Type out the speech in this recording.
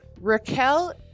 Raquel